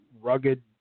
rugged